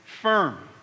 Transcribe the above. firm